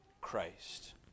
Christ